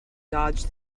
dodged